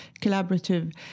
collaborative